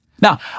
Now